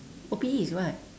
O P_E is what